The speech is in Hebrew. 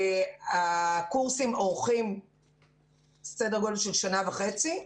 הקורסים אורכים סדר גודל של שנה וחצי,